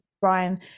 Brian